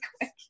quick